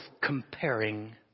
comparing